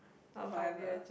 whatever